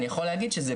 אני יכול להגיד שזה